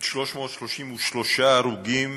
333 הרוגים,